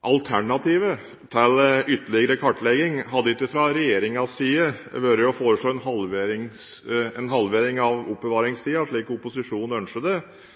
Alternativet til ytterligere kartlegging ville ikke fra regjeringens side vært å foreslå en halvering av oppbevaringstiden slik opposisjonen ønsker, men snarere, tror jeg, å konkludere med at det